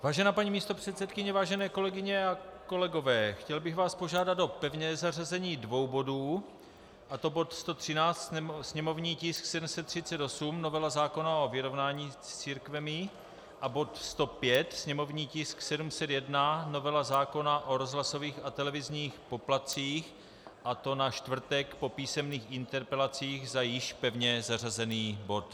Vážená paní místopředsedkyně, vážené kolegyně a kolegové, chtěl bych vás požádat o pevné zařazení dvou bodů, a to bod 113, sněmovní tisk 738, novela zákona o vyrovnání s církvemi, a bod 105, sněmovní tisk 701, novela zákona o rozhlasových a televizních poplatcích, a to na čtvrtek po písemných interpelacích za již pevně zařazený bod.